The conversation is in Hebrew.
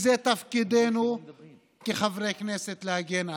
ותפקידנו כחברי כנסת להגן עליהם.